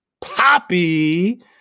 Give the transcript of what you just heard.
poppy